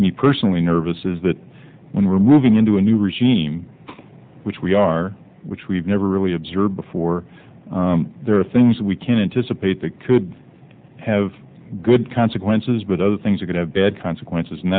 me personally nervous is that when we're moving into a new regime which we are which we've never really observed before there are things that we can anticipate that could have good consequences but other things are going to bad consequences and